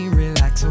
relax